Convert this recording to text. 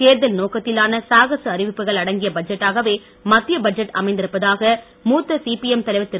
தேர்தல் நோக்கத்திலான சாகச அறிவிப்புகள் அடங்கிய பட்ஜெட்டாகவே மத்திய பட்ஜெட் அமைந்திருப்பதாக மூத்த சிபிஎம் தலைவர் திரு